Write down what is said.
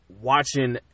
watching